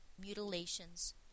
mutilations